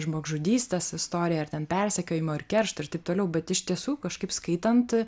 žmogžudystės istorija ar ten persekiojimo ar keršto ir taip toliau bet iš tiesų kažkaip skaitant